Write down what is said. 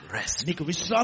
rest